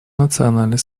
национальной